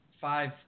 five